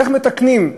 איך מתקנים?